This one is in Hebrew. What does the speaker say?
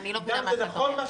אני לא מבינה על מה אתה מדבר.